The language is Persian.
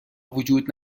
وجود